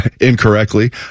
incorrectly